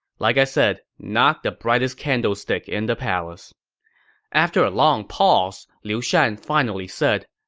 like i said, not the brightest candlestick in the palace after a long pause, liu shan finally said,